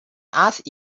asked